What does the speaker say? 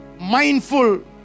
Mindful